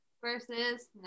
versus